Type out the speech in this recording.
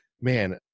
man